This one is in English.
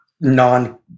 non